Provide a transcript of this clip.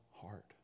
heart